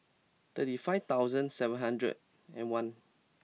thirty five thousand seven hundred and one